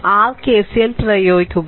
അതിനാൽ ആദ്യം നോഡ് 1 ൽ കെസിഎൽ പ്രയോഗിക്കുക